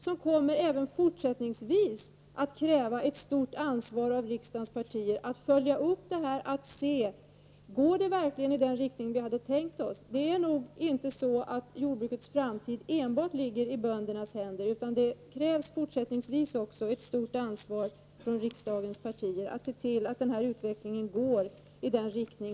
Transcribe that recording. Det kommer i fortsättningen att krävas ett mycket stort ansvar av riksdagens partier. Det handlar om att följa utvecklingen och se om den verkligen går i tänkt riktning. Jordbrukets framtid ligger nog inte enbart i böndernas händer, utan det krävs också i fortsättningen ett stort ansvar från riksdagens partier att se till att utvecklingen går i önskad riktning.